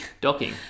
docking